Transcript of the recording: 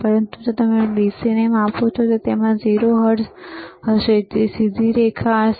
પરંતુ જો તમે DC ને માપો તો તેમાં 0 હર્ટ્ઝ સીધી રેખા હશે